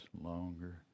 longer